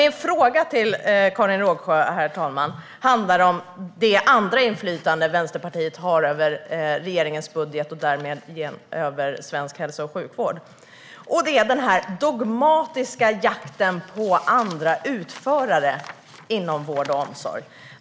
Min fråga till Karin Rågsjö handlar om det andra inflytande som Vänsterpartiet har över regeringens budget och därmed över svensk hälso och sjukvård. Det handlar om den dogmatiska jakten på andra utförare inom vård och omsorg.